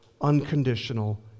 unconditional